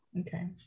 Okay